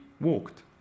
walked